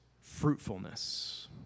fruitfulness